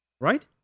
Right